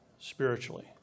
spiritually